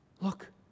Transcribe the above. look